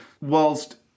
whilst